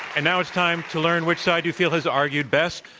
and now it's time to learn which side you feel has argued best.